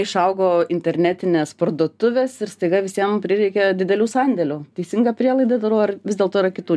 išaugo internetinės parduotuvės ir staiga visiem prireikė didelių sandėlių teisingą prielaidą darau ar vis dėlto yra kitų